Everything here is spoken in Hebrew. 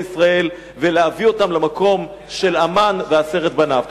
ישראל ולהביא אותם למקום של המן ועשרת בניו.